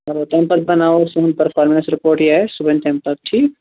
چَلو تَمہِ پَتہٕ بَناوو أسۍ یِہُنٛد پٔرفارمنَس رِپورٹ یہِ آسہِ سُہ بنہِ تَمہِ پَتہٕ ٹھیٖک